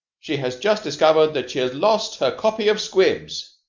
she has just discovered that she has lost her copy of squibs.